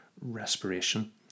respiration